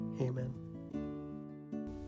Amen